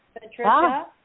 Patricia